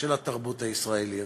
של התרבות הישראלית.